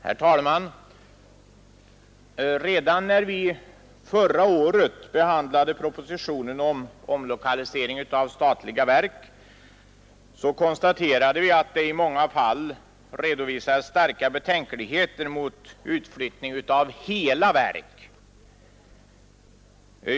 Herr talman! Redan när vi förra året behandlade propositionen om omlokalisering av statliga verk konstaterade vi, att det i många fall redovisades starka betänkligheter mot utflyttning av hela verk.